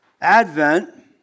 Advent